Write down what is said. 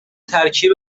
ترکیب